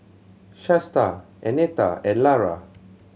Shasta Annetta and Lara